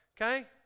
Okay